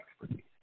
expertise